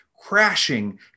crashing